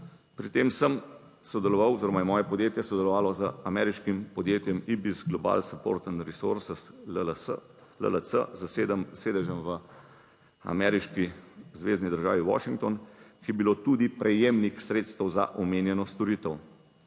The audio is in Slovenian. Pri tem sem sodeloval oziroma je moje podjetje sodelovalo z ameriškim podjetjem IBIS Global support and resources LLC s sedežem v ameriški zvezni državi Washington, ki je bilo tudi prejemnik sredstev za omenjeno storitev.